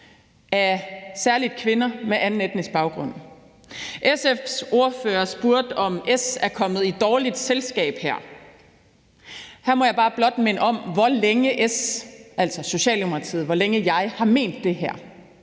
af særlig kvinder med anden etnisk baggrund. SF's ordfører spurgte, om Socialdemokratiet er kommet i dårligt selskab her. Her må jeg blot minde om, hvor længe Socialdemokratiet og jeg har ment det her,